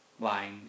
lying